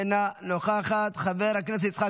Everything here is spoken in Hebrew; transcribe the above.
אינה נוכחת, חבר הכנסת יצחק